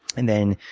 and then,